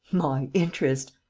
my interest,